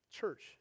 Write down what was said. Church